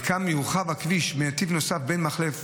וכן יורחב הכביש בנתיב נוסף בין מחלף